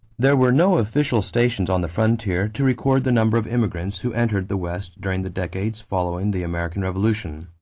there were no official stations on the frontier to record the number of immigrants who entered the west during the decades following the american revolution.